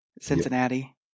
Cincinnati